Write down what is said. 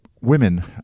women